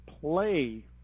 play